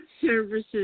services